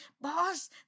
boss